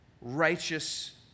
righteous